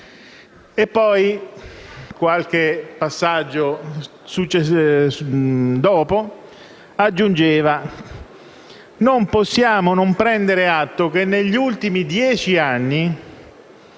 Poi, qualche passaggio dopo, aggiungeva: «Non possiamo non prendere atto che negli ultimi dieci anni,